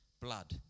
blood